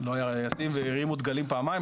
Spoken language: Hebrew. לא היה ישים והרימו דגלים פעמיים.